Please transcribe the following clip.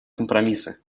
компромиссы